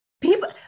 people